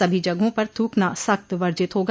सभी जगहों पर थ्रकना सख्त वर्जित होगा